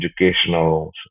educational